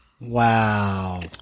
Wow